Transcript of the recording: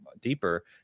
deeper